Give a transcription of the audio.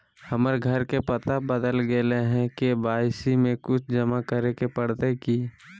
हमर घर के पता बदल गेलई हई, के.वाई.सी में कुछ जमा करे पड़तई की?